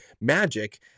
magic